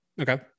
Okay